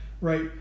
Right